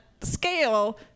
scale